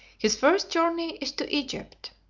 his first journey is to egypt.